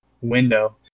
window